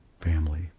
family